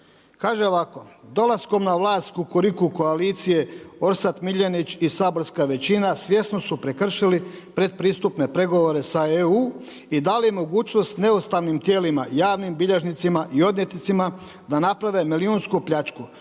kaže ovako: „Dolaskom na vlast Kukuriku koalicije Orsat Miljenić i saborska većina svjesno su prekršili pretpristupne pregovore sa EU i dali mogućnost neustavnim tijelima, javnim bilježnicima i odvjetnicima da naprave milijunsku pljačku